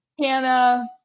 hannah